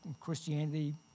Christianity